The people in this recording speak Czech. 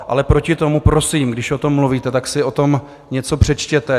Ale proti tomu prosím, když o tom mluvíte, tak si o tom něco přečtěte.